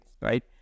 right